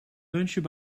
lunchen